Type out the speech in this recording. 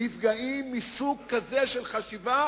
נפגעים מסוג כזה של חשיבה